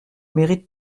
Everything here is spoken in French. mérite